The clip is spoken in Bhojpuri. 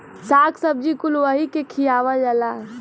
शाक सब्जी कुल वही के खियावल जाला